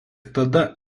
tada